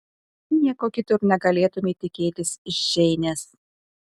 nieko kito ir negalėtumei tikėtis iš džeinės